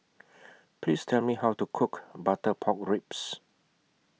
Please Tell Me How to Cook Butter Pork Ribs